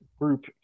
group